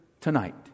tonight